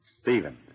Stevens